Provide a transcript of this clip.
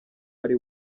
ari